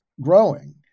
growing